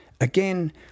Again